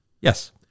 Yes